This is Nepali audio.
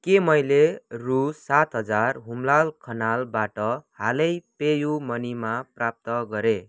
के मैले रु सात हजार हुमलाल खनालबाट हालै पेयू मनीमा प्राप्त गरेँ